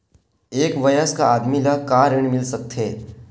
एक वयस्क आदमी ल का ऋण मिल सकथे?